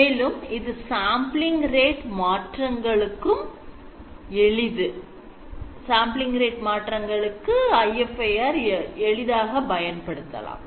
மேலும் இது sampling rate மாற்றங்களும் எளிது